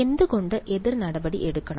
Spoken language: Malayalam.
എന്തുകൊണ്ട് എതിർ നടപടി എടുക്കണം